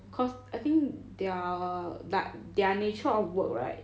cause I think their nature of work right